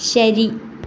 ശരി